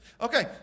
Okay